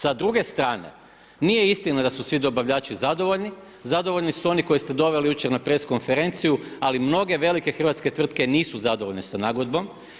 Sa druge strane nije istina da su svi dobavljači zadovoljni, zadovoljni su oni koje ste doveli jučer na press konferenciju ali mnoge velike hrvatske tvrtke nisu zadovoljne sa nagodbom.